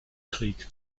krieg